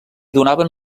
donaven